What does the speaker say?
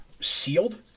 sealed